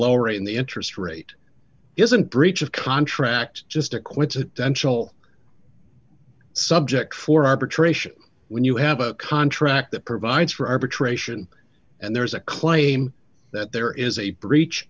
lowering the interest rate isn't breach of contract just a quid to tensional subject for arbitration when you have a contract that provides for arbitration and there is a claim that there is a breach